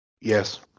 Yes